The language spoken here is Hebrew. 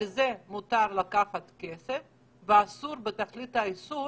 על זה מותר לקחת כסף, ואסור בתכלית האיסור